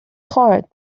heart